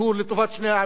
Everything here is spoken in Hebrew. שהוא לטובת שני העמים,